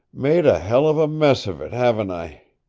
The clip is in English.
made a hell of a mess of it, haven't i?